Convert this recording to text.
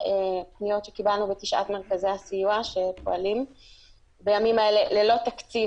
פניות שקיבלנו בתשעת מרכזי הסיוע שפועלים בימים אלה ללא תקציב,